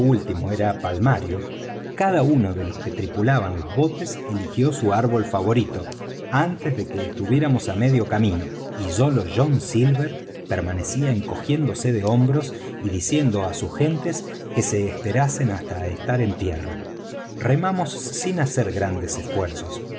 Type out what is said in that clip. último era palmario cada uno de los que tripulaban los botes eligió su árbol favorito antes de que estuviéramos á medio camino y sólo john silver permanecía encogiéndose de hombros y diciendo á sus gentes que se esperasen hasta estar en tierra remamos sin hacer grandes esfuerzos